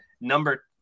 number